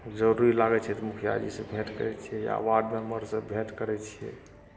जरुरी लागै छै तऽ मुखिया जी सँ भेंट करै छियै या वार्ड मेम्बरसँ भेंट करै छियै